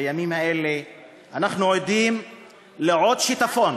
בימים האלה אנחנו עדים לעוד שיטפון